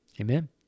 Amen